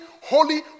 holy